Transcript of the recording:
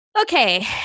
Okay